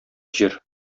җир